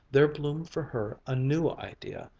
there bloomed for her a new idea,